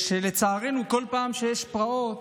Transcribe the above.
לצערנו בכל פעם שיש פרעות,